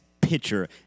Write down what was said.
pitcher